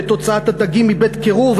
ואת הוצאת הדגים מבית-קירור,